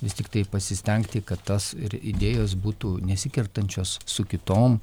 vis tiktai pasistengti kad tas ir idėjos būtų nesikertančios su kitom